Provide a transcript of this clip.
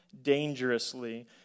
dangerously